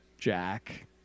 Jack